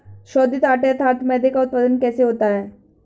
शोधित आटे अर्थात मैदे का उत्पादन कैसे होता है?